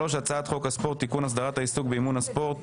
הצעת חוק הספורט (תיקון - הסדרת העיסוק באימון ספורט),